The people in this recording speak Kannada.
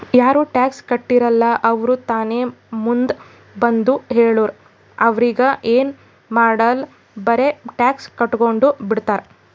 ಯಾರು ಟ್ಯಾಕ್ಸ್ ಕಟ್ಟಿರಲ್ಲ ಅವ್ರು ತಾನೇ ಮುಂದ್ ಬಂದು ಹೇಳುರ್ ಅವ್ರಿಗ ಎನ್ ಮಾಡಾಲ್ ಬರೆ ಟ್ಯಾಕ್ಸ್ ಕಟ್ಗೊಂಡು ಬಿಡ್ತಾರ್